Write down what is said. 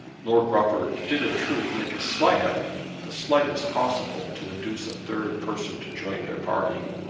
lord rufford did in truth make a slight effort the slightest possible to induce a third person to join their party.